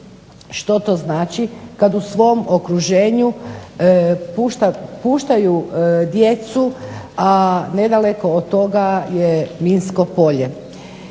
što to znači kad u svom okruženju puštaju djecu, a nedaleko od toga je minsko polje.